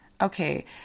Okay